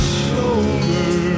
shoulder